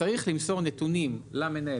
צריך למסור נתונים למנהל,